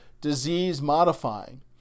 disease-modifying